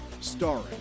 starring